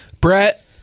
Brett